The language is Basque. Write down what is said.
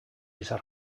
izar